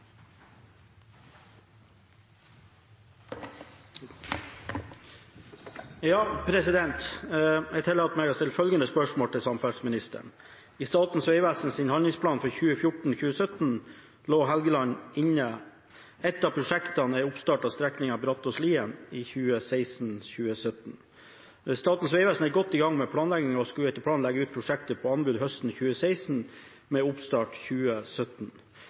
samferdselsministeren: «I Statens vegvesen sin handlingsplan for 2014-2017 lå E6 Helgeland inne, et av prosjektene er oppstart av strekningen Brattåsen-Lien i 2016/2017. SVV er godt i gang med planleggingen og skulle etter planen legge prosjektet ut på anbud høsten 2016 med oppstart 2017.